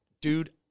dude